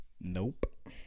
Nope